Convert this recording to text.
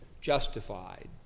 justified